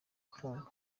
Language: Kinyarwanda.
atanga